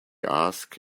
asked